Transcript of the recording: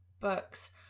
books